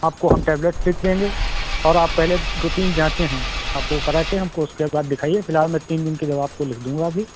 आपको हम टेबलेट्स लिख देंगे और आप पहले दो तीन जाँचे हैं आप वो कराके हमको उसके बाद दिखाइये फिलहाल मैं तीन दिन की दवा आपको लिख दूंगा अभी